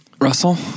Russell